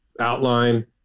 outline